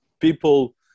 people